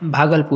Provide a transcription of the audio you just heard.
Bhagalpur